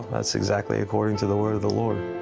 that's exactly according to the word of the lord.